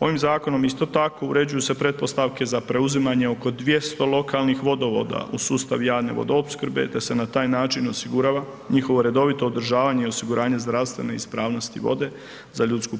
Ovim zakonom isto tako uređuju se pretpostavke za preuzimanje oko 200 lokalnih vodovoda u sustav javne vodoopskrbe te se na taj način osigurava njihovo redovito održavanje i osiguranje zdravstvene ispravnosti vode za ljudsku